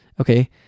Okay